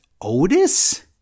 Otis